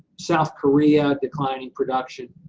south korea, declining production.